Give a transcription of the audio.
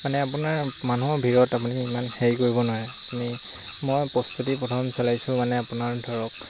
মানে আপোনাৰ মানুহৰ ভিৰত আপুনি ইমান হেৰি কৰিব নোৱাৰে আপুনি মই প্ৰস্তুতি প্ৰথম চলাইছোঁ মানে আপোনাৰ ধৰক